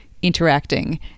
Interacting